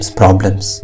problems